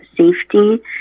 safety